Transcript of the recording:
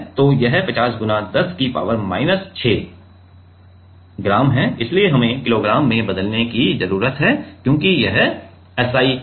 तो यह ५० × १० की पावर माइनस ६ ग्राम है लेकिन हमें किलो में बदलने की जरूरत है क्योंकि यह SI इकाई है